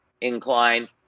incline